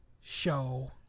show